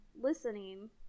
listening